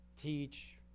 teach